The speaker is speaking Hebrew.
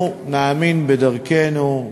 אנחנו נאמין בדרכנו.